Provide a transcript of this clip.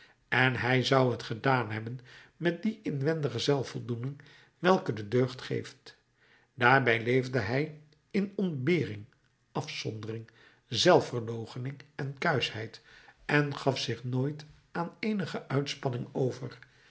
en hij zou t gedaan hebben met die inwendige zelfvoldoening welke de deugd geeft daarbij leefde hij in ontbering afzondering zelfverloochening en kuischheid en gaf zich nooit aan eenige uitspanning over